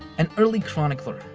an early chronicler,